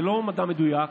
זה לא מדע מדויק,